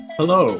Hello